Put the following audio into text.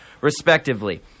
respectively